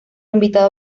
invitado